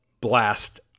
blast